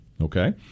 okay